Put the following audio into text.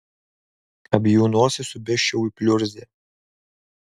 abiejų nosis subesčiau į pliurzę